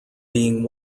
being